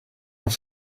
have